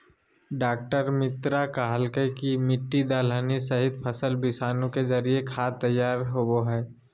डॉ मित्रा कहलकय कि मिट्टी, दलहनी सहित, फसल विषाणु के जरिए खाद तैयार होबो हइ